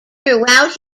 throughout